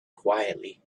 quietly